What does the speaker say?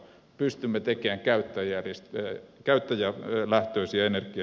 pystymme tekemään käyttäjälähtöisiä energiajärjestelmiä